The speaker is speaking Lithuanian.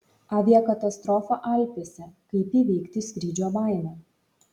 aviakatastrofa alpėse kaip įveikti skrydžio baimę